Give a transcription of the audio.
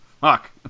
Fuck